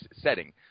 setting